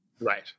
right